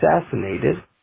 assassinated